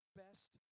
best